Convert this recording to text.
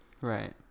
Right